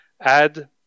add